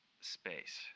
space